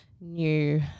new